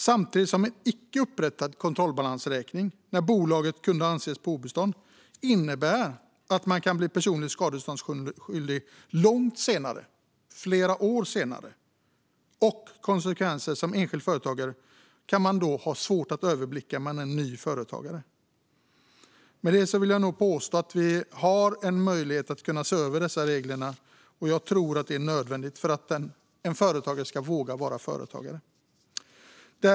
Samtidigt kan en icke upprättad kontrollbalansräkning, när bolaget kan anses vara på obestånd, innebära att man kan bli personligt skadeståndsskyldig långt senare, flera år senare. Och konsekvenserna som enskild företagare kan man då ha svårt att överblicka när man är ny företagare. Med detta vill jag nog påstå att vi har en möjlighet att se över dessa regler. Jag tror att det är nödvändigt för att en företagare ska våga vara företagare.